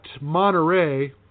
Monterey